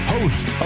Host